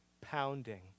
pounding